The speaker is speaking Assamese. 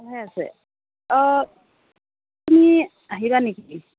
ভাল হৈ আছে অ তুমি আহিবা নেকি